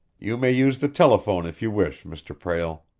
you may use the telephone if you wish, mr. prale.